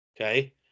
Okay